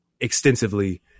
extensively